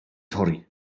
torri